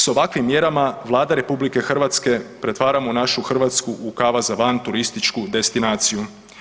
S ovakvim mjerama Vlade RH pretvaramo našu Hrvatsku u „kava za van“ turističku destinaciju.